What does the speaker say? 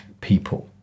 people